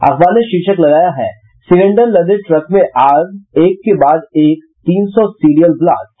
अखबार ने शीर्षक लगाया है सिलेंडर लदे ट्रक में आग एक के बाद एक तीन सौ सीरियल ब्लास्ट